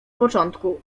początku